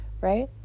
Right